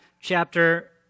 chapter